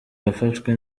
yafashwe